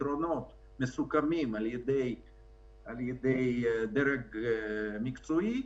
פתרונות מסוכמים על ידי הדרג המקצועי,